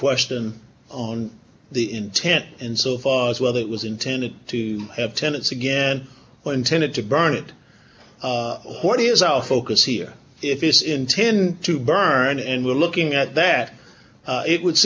question on the intent and so far as whether it was intended to have tenet's again intended to burn it what is our focus here if it's intend to burn and we're looking at that it would